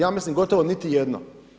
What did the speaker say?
Ja mislim gotovo niti jedna.